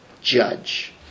judge